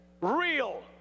real